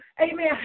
amen